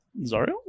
Zario